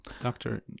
Doctor